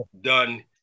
done